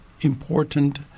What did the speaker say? important